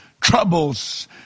troubles